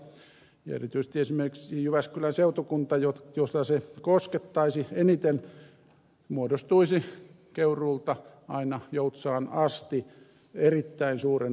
erityisesti esimerkiksi jyväskylän seutukunnasta jota muutos koskettaisi eniten muodostuisi keuruulta aina joutsaan asti ulottuva erittäin suuri yksikkö